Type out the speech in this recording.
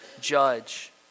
judge